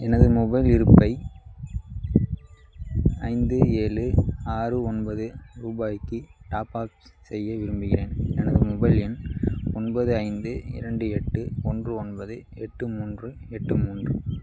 எனது மொபைல் இருப்பை ஐந்து ஏழு ஆறு ஒன்பது ரூபாய்க்கு டாப்ஆப் செய்ய விரும்புகிறேன் எனது மொபைல் எண் ஒன்பது ஐந்து இரண்டு எட்டு ஒன்று ஒன்பது எட்டு மூன்று எட்டு மூன்று